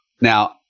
Now